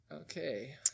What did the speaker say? okay